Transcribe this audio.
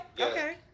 Okay